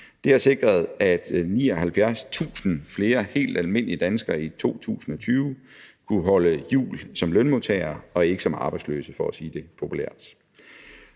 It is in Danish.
Det har sikret, at 79.000 flere helt almindelige danskere i 2020 kunne holde jul som lønmodtagere og ikke som arbejdsløse, for at sige det populært.